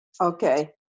Okay